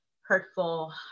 hurtful